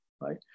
right